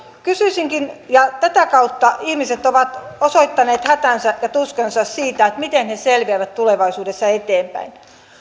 ja tätä kautta ihmiset ovat osoittaneet hätänsä ja tuskansa siitä miten he selviävät tulevaisuudessa eteenpäin